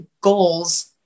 goals